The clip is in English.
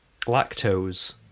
lactose